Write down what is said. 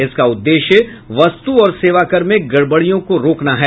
इसका उद्देश्य वस्तु और सेवाकर में गड़बडियों को रोकना है